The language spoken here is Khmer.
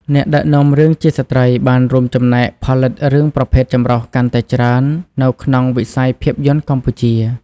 អ្នកដឹកនាំរឿងជាស្ត្រីបានរួមចំណែកផលិតរឿងប្រភេទចម្រុះកាន់តែច្រើននៅក្នុងវិស័យភាពយន្តកម្ពុជា។